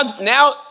now